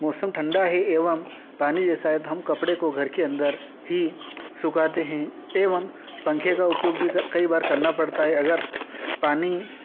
मौसम ठंडा है एवं पानी जैसा है तो हम कपड़े को घर के अंदर ही सुखाते हैं एवं पंखे का उपयोग भी कर कई बार करना पड़ता है अगर पानी